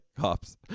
cops